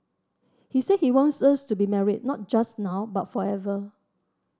he said he wants us to be married not just now but forever